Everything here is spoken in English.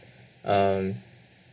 um